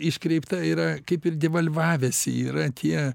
iškreipta yra kaip ir devalvavęsi yra tie